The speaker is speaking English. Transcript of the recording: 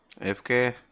FK